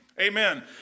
Amen